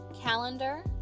calendar